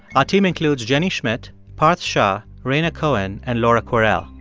ah team includes jenny schmidt, parth shah, rhaina cohen and laura kwerel.